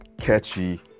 catchy